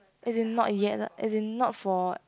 as in not yet lah as in not for waht